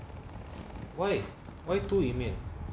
why why do you mean